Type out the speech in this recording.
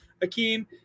Akeem